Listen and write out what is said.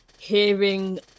hearing